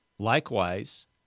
Likewise